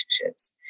relationships